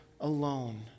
alone